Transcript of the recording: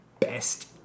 best